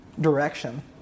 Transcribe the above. direction